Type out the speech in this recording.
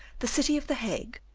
the city of the hague,